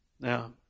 Now